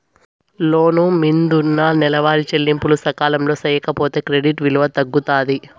లోను మిందున్న నెలవారీ చెల్లింపులు సకాలంలో సేయకపోతే క్రెడిట్ విలువ తగ్గుతాది